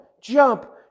jump